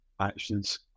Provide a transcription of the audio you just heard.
actions